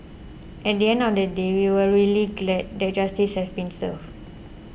at the end of the day we are really glad that justice has been served